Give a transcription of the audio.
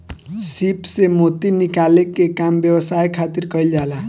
सीप से मोती निकाले के काम व्यवसाय खातिर कईल जाला